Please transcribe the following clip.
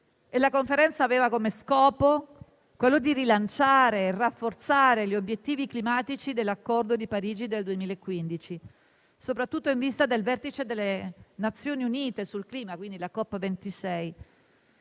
La conferenza aveva come scopo quello di rilanciare e rafforzare gli obiettivi climatici dell'Accordo di Parigi del 2015, soprattutto in vista del vertice delle Nazioni Unite sul clima, la COP26.